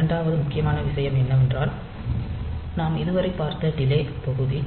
இரண்டாவது முக்கியமான விஷயம் என்னவென்றால் நாம் இதுவரை பார்த்த டிலே பகுதி